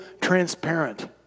transparent